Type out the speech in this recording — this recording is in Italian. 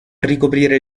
ricoprire